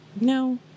no